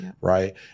right